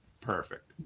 Perfect